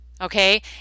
Okay